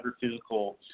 physical